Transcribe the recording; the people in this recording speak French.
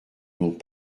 m’ont